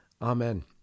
Amen